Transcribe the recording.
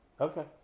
Okay